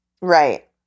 right